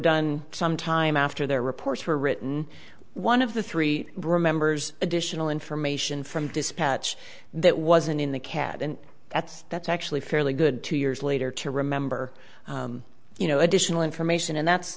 done some time after their reports were written one of the three remembers additional information from dispatch that wasn't in the cat and that's that's actually fairly good two years later to remember you know additional information and that's